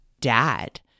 dad